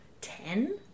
ten